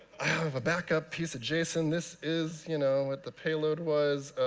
i have a backup piece of json. this is you know with the payload was.